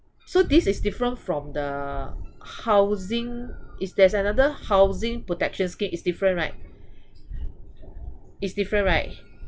so this is different from the housing is there's another housing protection scheme is different right it's different right